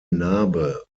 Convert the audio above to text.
narbe